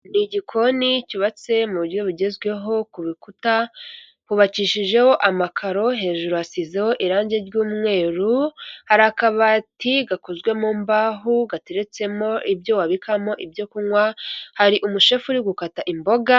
Ni igikoni cyubatse mu buryo bugezweho ku rukuta, hubakishijeho amakaro hejuru yasizeho irangi ry'umweru, hari akabati gakozwe mu mbaho gateretsemo ibyo wabikamo ibyo kunywa, hari umushefu uri gukata imboga.